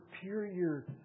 superior